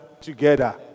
together